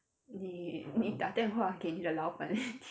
你你打电话给你的老板